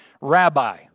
rabbi